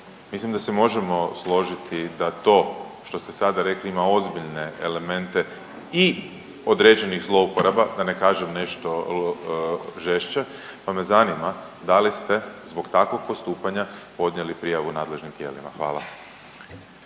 mislim da se možemo složiti da to što ste sada rekli ima ozbiljne elemente i određenih zlouporaba, da ne kažem nešto žešće, pa me zanima da li ste zbog takvog postupanja podnijeli prijavu nadležnim tijelima? Hvala.